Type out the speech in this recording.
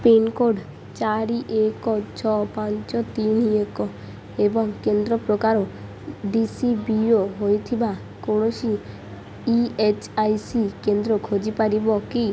pincode ଚାରି ଏକ ଛଅ ପାଞ୍ଚ ତିନି ଏକ ଏବଂ କେନ୍ଦ୍ର ପ୍ରକାର ଡି ସି ବି ଓ ହୋଇଥିବା କୌଣସି ଇ ଏଚ୍ ଆଇ ସି କେନ୍ଦ୍ର ଖୋଜିପାରିବ କି